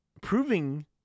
proving